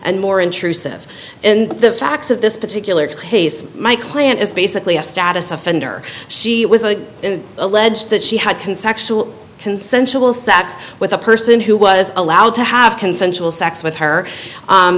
and more intrusive and the facts of this particular case my client is basically a status offender she was a allege that she had conceptual consensual sex with a person who was allowed to have consensual sex with her